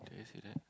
did I say that